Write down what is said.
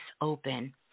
open